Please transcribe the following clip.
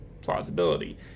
plausibility